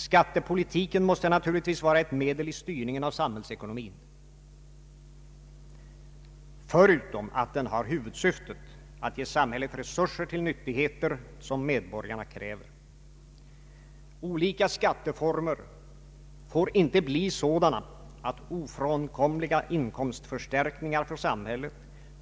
Skattepolitiken måste naturligtvis vara ett medel i styrningen av samhällsekonomin, förutom att den har huvudsyftet att ge samhället resurser till nyttigheter som medborgarna kräver. Olika skatteformer får enligt centerns mening inte bli sådana att ofrånkomliga inkomstförstärkningar för samhället